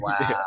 Wow